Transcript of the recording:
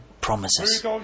promises